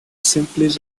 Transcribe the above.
simply